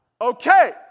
Okay